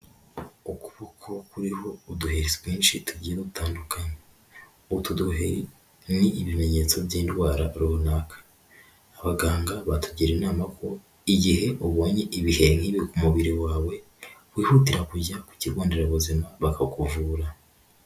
Ukuboko kuriho uduheri twinshi tugiye dutandu, utu duheri ni ibimenyetso by'indwara runaka. Abaganga batugira inama ko igihe ubonye ibiheri nk'ibi ku mubiri wawe wihutira kujya ku kigo nderabuzima bakakuvura.